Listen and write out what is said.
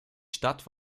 stadt